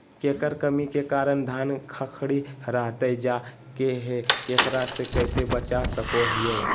केकर कमी के कारण धान खखड़ी रहतई जा है, एकरा से कैसे बचा सको हियय?